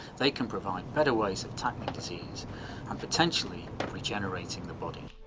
they can provide better ways of tackling disease and, potentially, of regenerating the body.